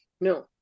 No